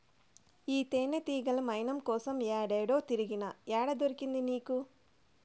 ఈ తేనెతీగల మైనం కోసం ఏడేడో తిరిగినా, ఏడ దొరికింది నీకు